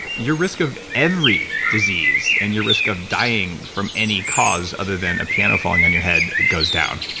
your risk of every disease, and your risk of dying from any cause other than a piano falling on your head goes down,